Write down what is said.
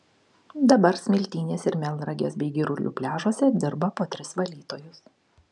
dabar smiltynės ir melnragės bei girulių pliažuose dirba po tris valytojus